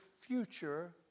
future